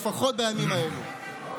לפחות בימים האלו.